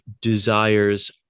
desires